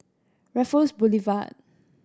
Raffles Boulevard